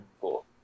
cool